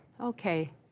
okay